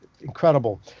incredible